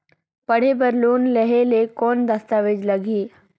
पढ़े बर लोन लहे ले कौन दस्तावेज लगही?